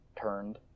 turned